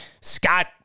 Scott